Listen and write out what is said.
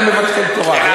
אתה גם בביטול תורה.